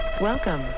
welcome